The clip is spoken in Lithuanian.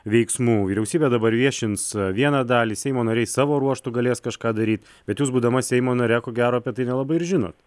veiksmų vyriausybė dabar viešins vieną dalį seimo nariai savo ruožtu galės kažką daryt bet jūs būdama seimo nare ko gero apie tai nelabai ir žinot